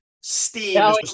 steam